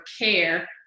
care